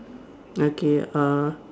okay uh